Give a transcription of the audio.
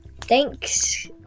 thanks